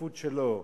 השותפות שלו,